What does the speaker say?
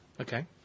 Okay